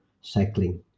cycling